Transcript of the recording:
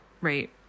right